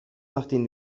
nachdem